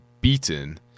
beaten